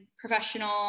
professional